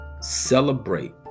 celebrate